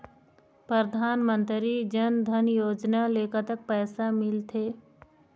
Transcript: परधानमंतरी जन धन योजना ले कतक पैसा मिल थे?